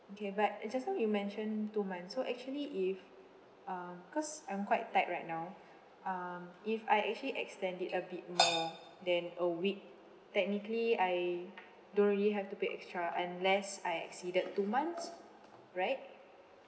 okay but just now you mentioned two months so actually if um cause I'm quite tight right now um if I actually extend it a bit more than a week technically I don't really have to pay extra unless I exceeded two months right